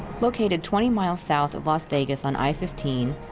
located twenty miles south of las vegas on i fifteen,